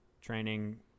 training